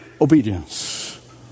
obedience